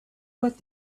what